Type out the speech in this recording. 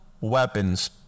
weapons